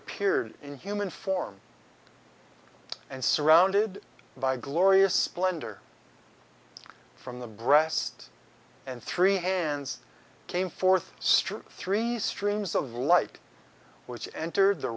appeared in human form and surrounded by glorious splendor from the breast and three hands came forth strong three streams of light which entered the